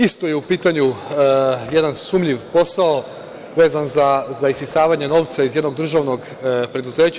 Isto je u pitanju jedan sumnjiv posao vezan za isisavanje novca iz jednog državnog preduzeća.